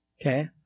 Okay